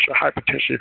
hypertension